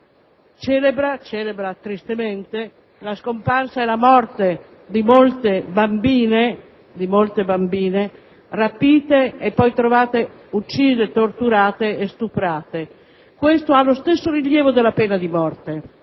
a casa) celebra tristemente la scomparsa e la morte di molte bambine rapite e poi ritrovate uccise, torturate e stuprate. Questo ha lo stesso rilievo della pena di morte.